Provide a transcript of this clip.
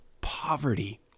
poverty